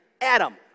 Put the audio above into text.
Adam